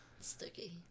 Sticky